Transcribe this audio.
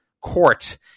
court